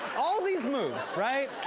all these moves, right?